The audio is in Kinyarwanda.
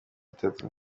itatu